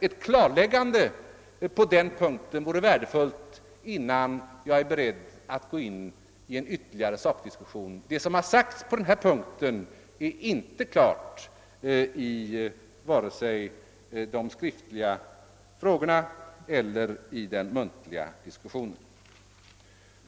Ett klarläggande på denna punkt vore värdefullt och är en förutsättning för att jag skall vara beredd att gå in på en ytterligare sakdiskussion. Det som har sagts på denna punkt är inte klart. Det gäller både vad som framhållits i de skriftliga frågorna och i den därefter följande diskussionen.